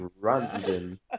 random